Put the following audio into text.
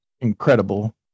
incredible